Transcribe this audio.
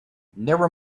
never